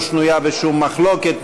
לא שנויה בשום מחלוקת,